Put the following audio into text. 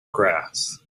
grass